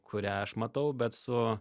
kurią aš matau bet su